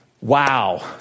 Wow